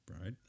Right